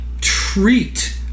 treat